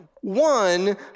one